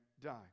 die